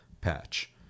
patch